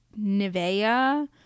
Nivea